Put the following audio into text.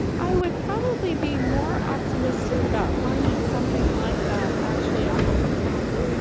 i would probably be more optimistic about finding something like that actually around a comet,